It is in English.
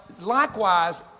likewise